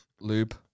lube